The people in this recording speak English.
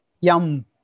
YUM